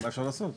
מה אפשר לעשות?